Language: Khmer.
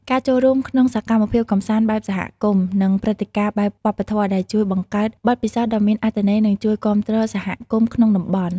ការចូលរួមក្នុងសកម្មភាពកម្សាន្តបែបសហគមន៍ និងព្រឹត្តិការណ៍បែបវប្បធម៌ ដែលជួយបង្កើតបទពិសោធន៍ដ៏មានអត្ថន័យ និងជួយគាំទ្រសហគមន៍ក្នុងតំបន់។